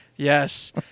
Yes